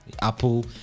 Apple